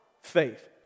faith